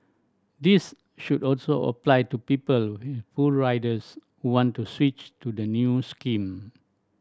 this should also apply to people with full riders who want to switch to the new scheme